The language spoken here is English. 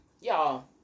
y'all